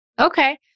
Okay